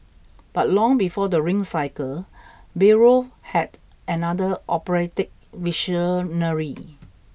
but long before the Ring cycle Bayreuth had another operatic visionary